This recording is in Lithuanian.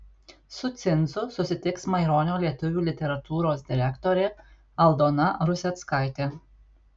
su cinzu susitiks maironio lietuvių literatūros direktorė aldona ruseckaitė